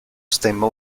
stemma